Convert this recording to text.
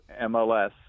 MLS